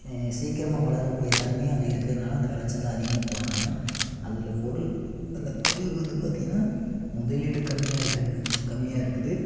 சீக்கிரமாக வளரக்கூடிய தன்மையும் அது இருக்கறதுனால அந்த வெளைச்சல்லாம் அதிகமாக போடுறாங்க அதில் பொருள் அந்த பொருளுக்கு வந்து பார்த்திங்கன்னா முதலீடு கம்மியாக இருக்குன் கம்மியாக இருக்குது